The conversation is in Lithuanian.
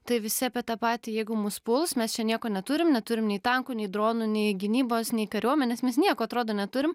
tai visi apie tą patį jeigu mus puls mes čia nieko neturim neturim nei tankų nei dronų nei gynybos nei kariuomenės mes nieko atrodo neturim